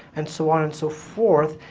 and so on and so forth,